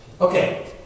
okay